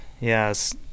Yes